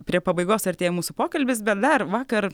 prie pabaigos artėja mūsų pokalbis bet dar vakar